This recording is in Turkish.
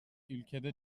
ülkede